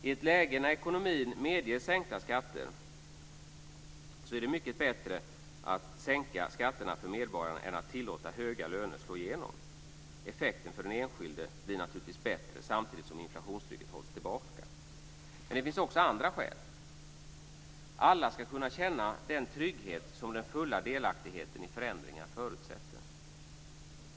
I ett läge när ekonomin medger sänkta skatter är det mycket bättre att sänka skatterna för medborgarna än att tillåta höga löner att slå igenom. Effekten för den enskilde blir naturligtvis bättre, samtidigt som inflationstrycket hålls tillbaka. Men det finns också andra skäl. Alla ska kunna känna den trygghet som den fulla delaktigheten i förändringar förutsätter.